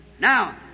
Now